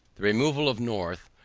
the removal of north,